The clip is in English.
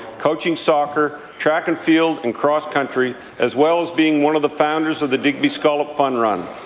coaching soccer, track and field and cross-country, as well as being one of the founders of the digby scallop fun run.